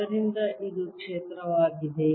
ಆದ್ದರಿಂದ ಇದು ಕ್ಷೇತ್ರವಾಗಿದೆ